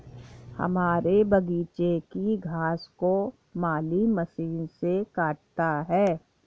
हमारे बगीचे की घास को माली मशीन से काटता है